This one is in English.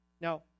now